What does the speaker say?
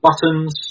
buttons